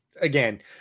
Again